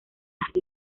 las